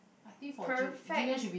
perfect